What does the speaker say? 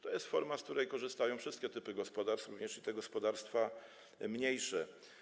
To jest forma, z której korzystają wszystkie typy gospodarstw, również gospodarstwa mniejsze.